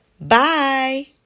Bye